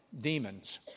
demons